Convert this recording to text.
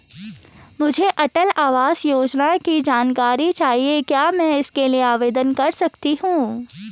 मुझे अटल आवास योजना की जानकारी चाहिए क्या मैं इसके लिए आवेदन कर सकती हूँ?